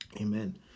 Amen